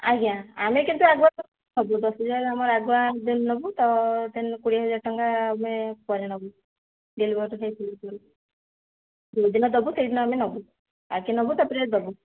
ଆଜ୍ଞା ଆମେ କିନ୍ତୁ ଆଗୁଆ ନେବୁ ଦଶ ହଜାର ଆମର ଆଗୁଆ ନେବୁ ତ ତା'ହେଲେ କୋଡ଼ିଏ ହଜାର ଟଙ୍କା ପରେ ନେବୁ ଡେଲିଭରି ହେଇସାରିଲା ପରେ ଯେଉଁ ଦିନ ଦେବ ସେଇ ଦିନ ଆମେ ନେବୁ ଆଗେ ନେବୁ ତା'ପରେ ଦେବୁ